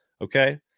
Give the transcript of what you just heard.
okay